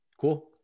Cool